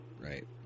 right